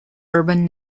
urban